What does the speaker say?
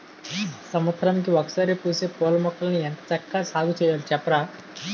సంవత్సరానికి ఒకసారే పూసే పూలమొక్కల్ని ఎంత చక్కా సాగుచెయ్యాలి సెప్పరా?